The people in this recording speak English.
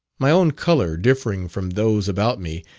my own colour differing from those about me,